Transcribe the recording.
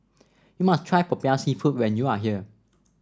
you must try Popiah seafood when you are here